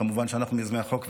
כמובן שאנחנו מיוזמי החוק,